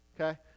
Okay